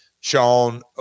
Sean